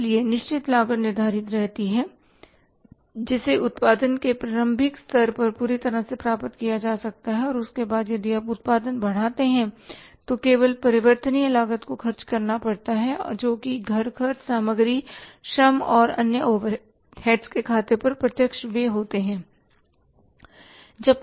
इसलिए निश्चित लागत निर्धारित रहती है जिसे उत्पादन के प्रारंभिक स्तर पर पूरी तरह से प्राप्त किया जा सकता है और उसके बाद यदि आप उत्पादन बढ़ाते हैं तो केवल परिवर्तनीय लागत को खर्च करना पड़ता है जो कि चर खर्च सामग्री श्रम और अन्य ओवरहेड्सOverheads के खाते पर प्रत्यक्ष व्यय होता है